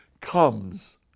comes